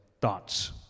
thoughts